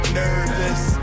nervous